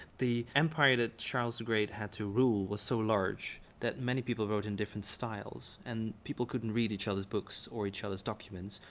the empire that charles the great had to rule was so large that many people wrote in different styles and people couldn't read each other's books or each other's documents.